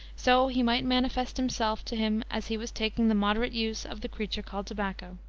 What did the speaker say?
so he might manifest himself to him as he was taking the moderate use of the creature called tobacco.